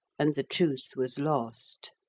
and the truth was lost.